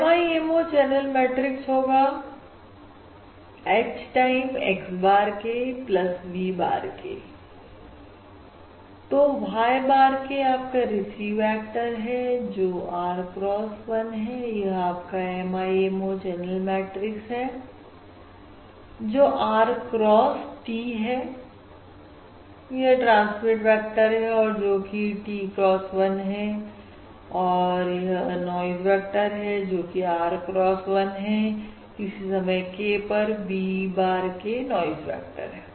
MIMO channel matrix होगा H time x bar k v bar k तो Y bar k आपका receive vector है जो R cross 1 है यह आपका MIMO चैनल मैट्रिक्स है जो R cross T है यह ट्रांसमीट वेक्टर है और जो कि T cross 1 है और यह नॉइज वेक्टर है और जो R cross 1 है किसी समय k पर V bar नॉइज वेक्टर है